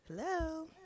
Hello